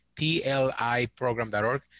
tliprogram.org